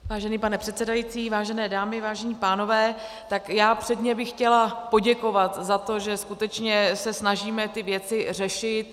Vážený pane předsedající, vážené dámy, vážení pánové, tak já předně bych chtěla poděkovat za to, že skutečně se snažíme ty věci řešit.